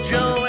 Joe